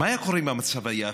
אם המצב היה הפוך?